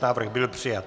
Návrh byl přijat.